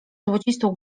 złocistą